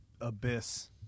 abyss